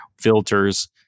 filters